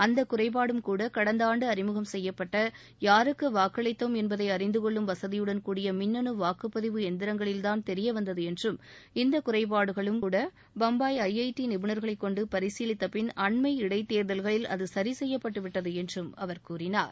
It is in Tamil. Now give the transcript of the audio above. அந்த குறைபாடும்கூட கடந்த ஆண்டு அறிமுகம் செய்யப்பட்ட யாருக்கு வாக்களித்தோம் என்பதை அறிந்து கொள்ளும் வசதியுடன் கூடிய மின்னனு வாக்குப்பதிவு எந்திரங்களில்தான் தெரிய வந்தது என்றும் இந்த குறைபாடுகளும்கூட பம்பாய் ஐ ஐ டி நிபுணர்களைக் கொண்டு பரிசீலித்த பின் அண்மை இடைத்தேர்தல்களில் அது சரி செய்யப்பட்டுவிட்டது என்றும் அவர் கூறினார்